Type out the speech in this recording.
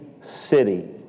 city